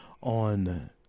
on